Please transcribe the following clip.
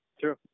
true